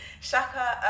Shaka